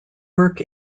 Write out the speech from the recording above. work